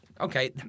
okay